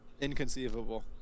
Inconceivable